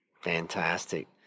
Fantastic